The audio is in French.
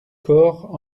corps